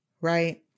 right